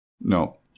No